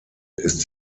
ist